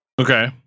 Okay